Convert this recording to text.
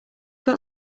got